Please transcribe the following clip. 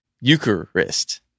Eucharist